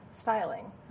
styling